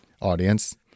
audience